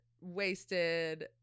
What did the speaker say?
wasted